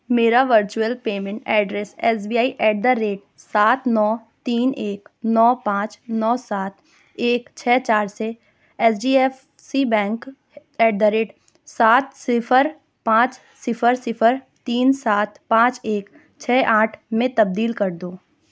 میرا virtual payment address S B I at the rate سات نو تین ایک نو پانچ نو سات ایک چھ چار سے H D F C bank at the rate سات صفر پانچ صفر صفر تین سات پانچ ایک چھ آٹھ میں تبدیل کر دو